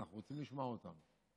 ואנחנו רוצים לשמוע אותם.